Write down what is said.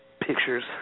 Pictures